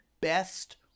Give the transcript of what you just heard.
best